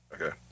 Okay